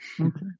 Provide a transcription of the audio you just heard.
Okay